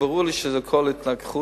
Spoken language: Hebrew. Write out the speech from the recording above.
ברור לי שהכול התנגחות,